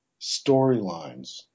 storylines